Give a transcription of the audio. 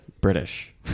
British